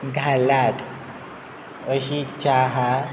घालात अशी इच्छा आसा